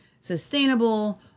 sustainable